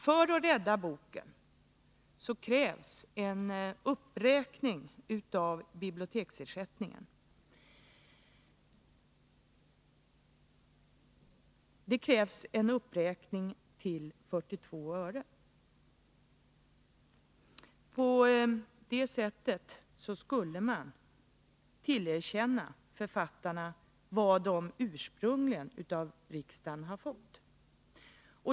För att rädda boken krävs en uppräkningen av biblioteksersättningen till 42 öre. På det sättet skulle man tillerkänna författarna vad de ursprungligen av riksdagen har fått.